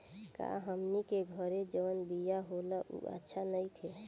का हमनी के घरे जवन बिया होला उ अच्छा नईखे?